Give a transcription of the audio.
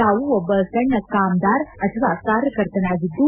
ತಾವು ಒಬ್ಲ ಸಣ್ಣ ಕಾಮ್ದಾರ್ ಅಥವಾ ಕಾರ್ಯಕರ್ತನಾಗಿದ್ದು